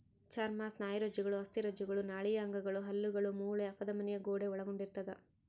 ಚರ್ಮ ಸ್ನಾಯುರಜ್ಜುಗಳು ಅಸ್ಥಿರಜ್ಜುಗಳು ನಾಳೀಯ ಅಂಗಗಳು ಹಲ್ಲುಗಳು ಮೂಳೆ ಅಪಧಮನಿಯ ಗೋಡೆ ಒಳಗೊಂಡಿರ್ತದ